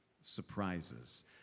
surprises